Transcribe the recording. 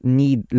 need